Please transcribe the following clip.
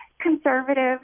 conservative